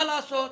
מה לעשות,